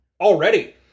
already